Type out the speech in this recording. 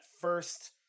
first